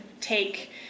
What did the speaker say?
take